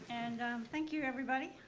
and thank you, everybody.